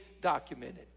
documented